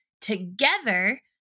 together